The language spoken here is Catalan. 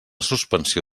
suspensió